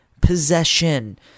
possession